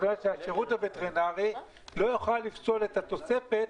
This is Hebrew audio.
זאת אומרת שהשירות הווטרינרי לא יוכל לפסול את התוספת